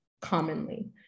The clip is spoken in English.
commonly